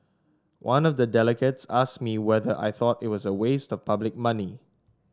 one of the delegates asked me whether I thought it was a waste of public money